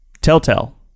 Telltale